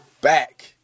back